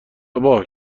ابا